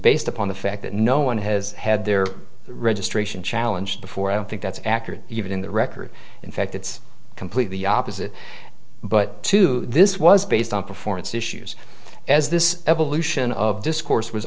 based upon the fact that no one has had their registration challenge before i don't think that's accurate even in the record in fact it's completely opposite but to this was based on performance issues as this evolution of discourse was